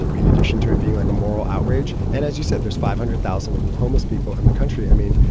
in addition to it being like a moral outrage and as you said, there's five hundred thousand homeless people in the country. i mean,